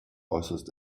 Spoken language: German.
äußerst